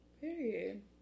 Period